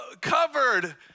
covered